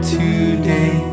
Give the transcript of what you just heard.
today